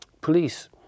police